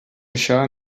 això